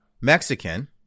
Mexican